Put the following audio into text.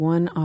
One